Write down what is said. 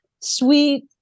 sweet